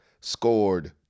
scored